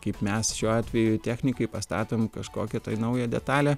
kaip mes šiuo atveju technikai pastatom kažkokią naują detalę